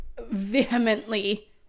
vehemently